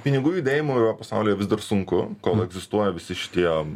pinigų judėjimu pasaulyje vis dar sunku kol egzistuoja visi šitie